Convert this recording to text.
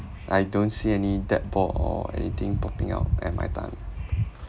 I don't see any or anything popping out at my tummy